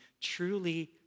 truly